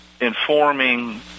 informing